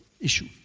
issue